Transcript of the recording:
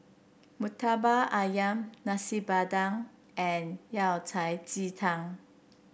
murtabak ayam Nasi Padang and Yao Cai Ji Tang